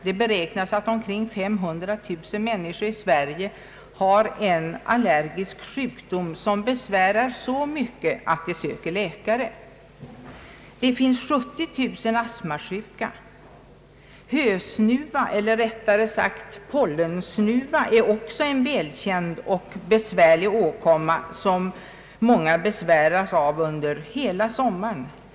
Det beräknas att omkring 500 000 människor i Sverige har en allergisk sjukdom som är så besvärande att de söker läkare. Det finns 70000 astmasjuka. Hösnuva eller rättare sagt pollensnuva är också en välkänd och besvärlig åkomma som många lider av under hela sommaren.